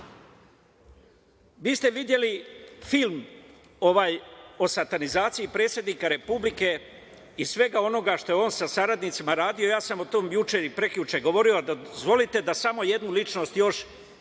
ste videli film o satanizaciji predsednika Republike i svega onoga što je on sa saradnicima radio. Ja sam o tome juče i prekjuče govorio, ali dozvolite da samo jednu ličnost još